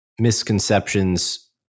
misconceptions